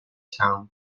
town